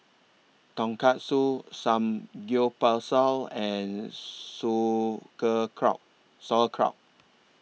Tonkatsu Samgyeopsal and Sauerkraut